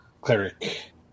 Cleric